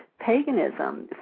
paganism